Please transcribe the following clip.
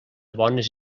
bones